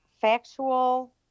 factual